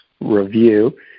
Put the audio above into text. review